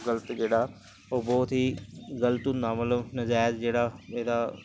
गल्त जेह्ड़ा ओह् ब्हौत ही गल्त होंदा मतलब नजैज जेह्ड़ा एह्दा